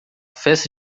festa